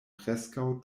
preskaŭ